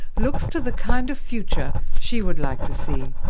looks to the kind of future she would like to see.